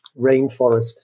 rainforest